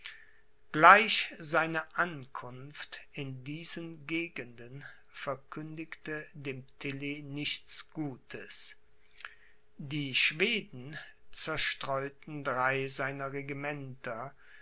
gleich seine ankunft in diesen gegenden verkündigte dem tilly nichts gutes die schweden zerstreuten drei seiner regimenter